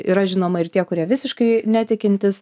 yra žinoma ir tie kurie visiškai netikintys